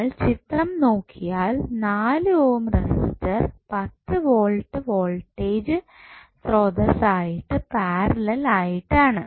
നമ്മൾ ചിത്രം നോക്കിയാൽ 4 ഓം റെസിസ്റ്റർ 10 വോൾട് വോൾടേജ് സ്രോതസ്സ് ആയിട്ട് പാരലൽ ആയിട്ടാണ്